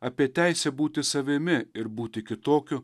apie teisę būti savimi ir būti kitokiu